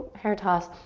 hair toss.